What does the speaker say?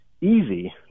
easy